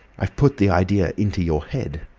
i've put the idea into your head.